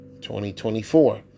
2024